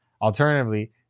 Alternatively